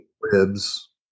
ribs